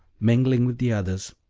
mingling with the others,